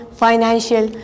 financial